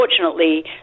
unfortunately